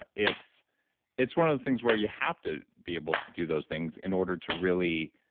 ah it's it's one of those things where you have to be able to do those things in order to really